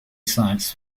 science